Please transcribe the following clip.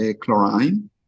chlorine